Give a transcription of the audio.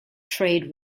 trade